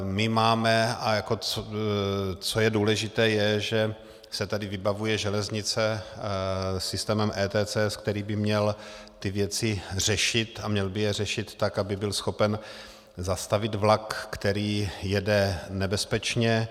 My máme... a jako co je důležité, je, že se tady vybavuje železnice systémem ETCS, který by měl ty věci řešit, a měl by je řešit tak, aby byl schopen zastavit vlak, který jede nebezpečně.